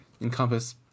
encompass